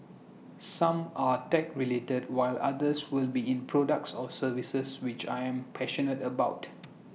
some are tech related while others will be in products or services which I'm passionate about